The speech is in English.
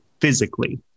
physically